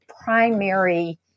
primary